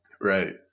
Right